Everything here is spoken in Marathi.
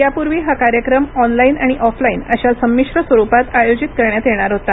यापूर्वी हा कार्यक्रम ऑनलाईन आणि ऑफलाईन अशा संमिश्र स्वरुपात आयोजित करण्यात येणार होता